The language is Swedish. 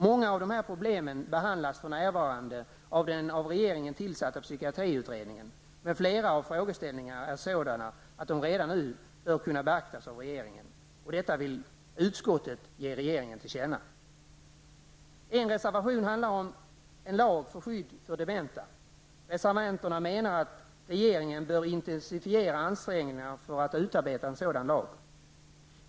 Många av de här problemen behandlas för närvarande av den av regeringen tillsatta psykiatriutredningen, men flera av frågeställningarna är sådana att de redan nu bör kunna beaktas av regeringen. Detta vill utskottet ge regeringen till känna. En reservation handlar om en lag om skydd för dementa. Reservanterna menar att regeringen bör intensifiera ansträngningarna att utarbeta en sådan lag.